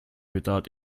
without